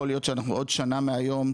יכול להיות שאנחנו עוד שנה מהיום,